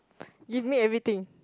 give me everything